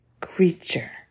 creature